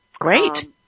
Great